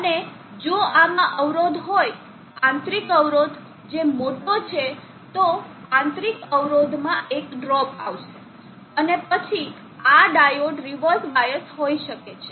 અને જો આમાં અવરોધ હોય આંતરિક અવરોધ જે મોટો છે તો આંતરિક અવરોધમાં એક ડ્રોપ આવશે અને પછી આ ડાયોડ રીવર્સ બાયસ હોઈ શકે છે